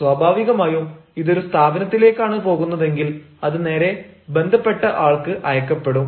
സ്വാഭാവികമായും ഇതൊരു സ്ഥാപനത്തിലേക്കാണ് പോകുന്നതെങ്കിൽ അത് നേരെ ബന്ധപ്പെട്ട ആൾക്ക് അയക്കപ്പെടും